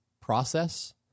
process